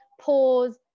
pause